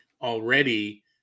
already